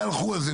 והלכו על זה,